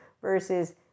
versus